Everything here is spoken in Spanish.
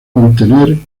contener